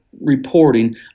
reporting